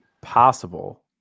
possible